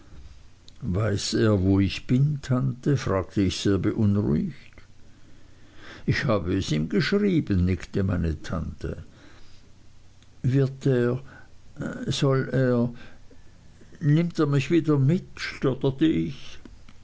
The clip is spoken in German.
weiß er wo ich bin tante fragte ich sehr beunruhigt ich habe es es ihm geschrieben nickte meine tante wird er soll er nimmt er mich wieder mit stotterte ich